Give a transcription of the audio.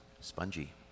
Spongy